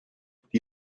die